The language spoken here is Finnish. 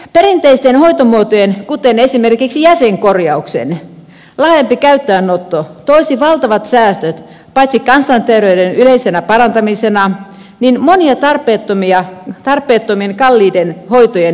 perinteisten hoitomuotojen kuten esimerkiksi jäsenkorjauksen laajempi käyttöönotto toisi valtavat säästöt paitsi kansanterveyden yleisenä parantamisena myös monien tarpeettomien kalliiden hoitojen ehkäisyssä